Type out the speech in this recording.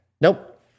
Nope